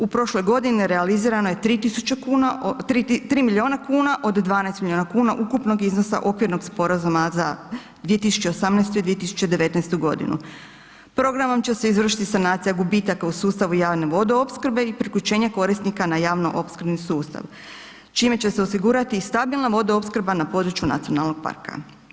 U prošloj godini realizirano je 3 milijuna kuna od 12 milijuna kuna ukupnog iznosa okvirnog sporazuma za 2018. i 2019. g. Programom će se izvršiti sanacija gubitaka u sustavu javne vodoopskrbe i priključenje korisnika na javno-opskrbni sustav čime će se osigurati stabilna vodoopskrba na području nacionalnog parka.